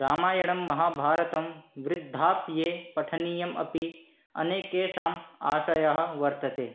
रामायणं महाभारतं वृद्धाप्ये पठनीयम् अपि अनेकेषाम् आशयः वर्तते